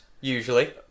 Usually